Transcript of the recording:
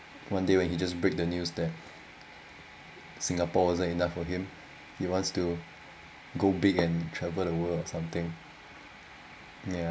one day when he just break the news that singapore isn't enough for him he wants to go big and travel the world or something ya